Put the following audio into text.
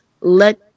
let